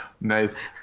Nice